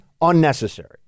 unnecessary